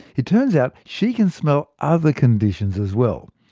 it turns out she can smell other conditions as well.